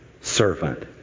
servant